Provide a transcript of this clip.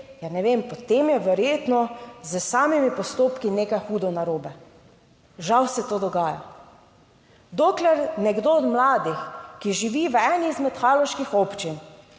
je, ne vem, potem je verjetno s samimi postopki nekaj hudo narobe. Žal se to dogaja. Dokler nekdo od mladih, ki živi v eni izmed haloških občin,